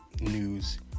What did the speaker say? news